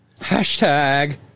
hashtag